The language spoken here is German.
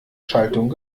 schaltung